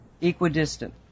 Equidistant